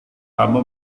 kamu